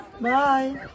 Bye